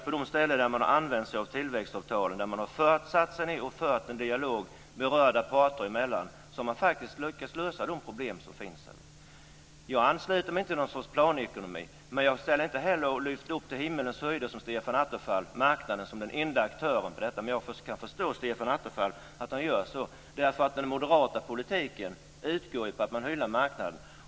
På de ställen där man har träffat tillväxtavtal och där berörda parter har satt sig ned för att föra en dialog har man faktiskt lyckats lösa de problem som finns. Jag ansluter mig inte till något slags planekonomi, men jag lyfter inte heller som Stefan Attefall upp marknaden till himmelens höjder som den enda aktören på detta område. Men jag kan förstå att Stefan Attefall gör så, eftersom den moderata politiken ju utgår från att hylla marknaden.